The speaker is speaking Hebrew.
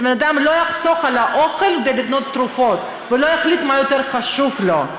שאדם לא יחסוך באוכל כדי לקנות תרופות ולא יחליט מה יותר חשוב לו.